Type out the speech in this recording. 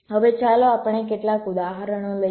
હવે ચાલો આપણે કેટલાક ઉદાહરણો લઈએ